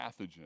pathogen